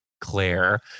Claire